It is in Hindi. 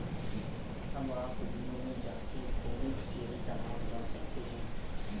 अब आप व्यू में जाके बेनिफिशियरी का नाम जान सकते है